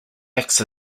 acts